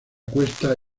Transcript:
cuesta